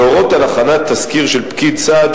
להורות על הכנת תסקיר של פקיד סעד,